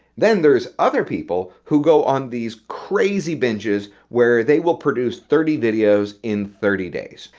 then there's other people who go on these crazy binges where they will produce thirty videos in thirty days,